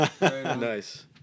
Nice